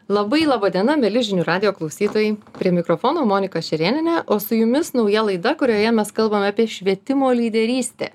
labai laba diena mieli žinių radijo klausytojai prie mikrofono monika šerėnienė o su jumis nauja laida kurioje mes kalbame apie švietimo lyderystę